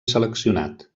seleccionat